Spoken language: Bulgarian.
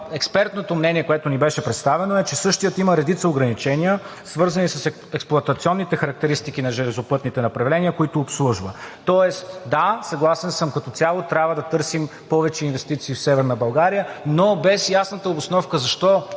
експертното мнение, което ни беше представено, е, че същият има редица ограничения, свързани с експлоатационните характеристики на железопътните направления, които обслужва. Тоест да, съгласен съм, като цяло трябва да търсим повече инвестиции в Северна България, но без ясната обосновка защо